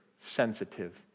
sensitive